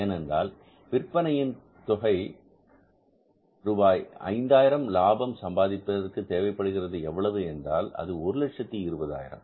ஏனென்றால் விற்பனையின் தொகை ரூபாய் 5000 லாபம் சம்பாதிப்பதற்கு தேவைப்படுவது எவ்வளவு என்றால் அது 120000 ரூபாய்